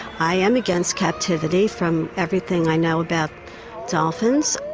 i am against captivity from everything i know about dolphins,